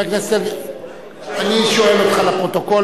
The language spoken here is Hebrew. אני שואל אותך לפרוטוקול.